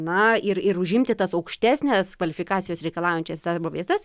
na ir ir užimti tas aukštesnės kvalifikacijos reikalaujančias darbo vietas